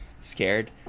scared